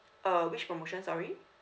uh which promotion sorry